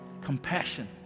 compassion